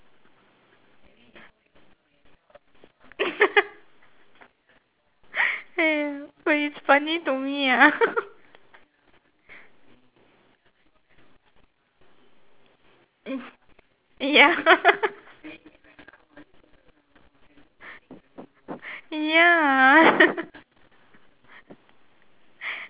ya ya but it's funny to me ah ya ya